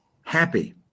happy